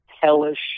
hellish